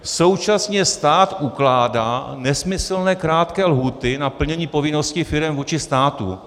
Současně stát ukládá nesmyslně krátké lhůty na plnění povinností firem vůči státu.